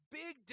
big